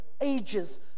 ages